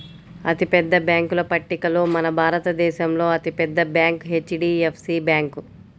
అతిపెద్ద బ్యేంకుల పట్టికలో మన భారతదేశంలో అతి పెద్ద బ్యాంక్ హెచ్.డీ.ఎఫ్.సీ బ్యాంకు